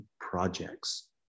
projects